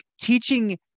teaching